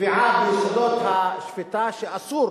קביעה ביסודות השפיטה, שאסור